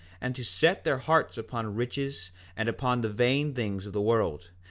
and to set their hearts upon riches and upon the vain things of the world,